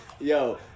Yo